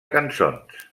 cançons